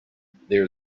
there